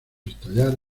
estallar